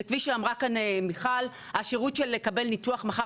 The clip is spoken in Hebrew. וכפי שאמרה כאן מיכל השירות של לקבל מחר